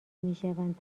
میشوند